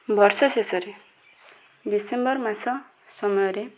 ବର୍ଷ ଶେଷରେ ଡିସେମ୍ବର୍ ମାସ ସମୟରେ